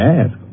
ask